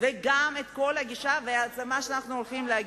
וגם כל הגישה והעוצמה שאנחנו הולכים להגיש.